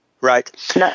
Right